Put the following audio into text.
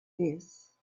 this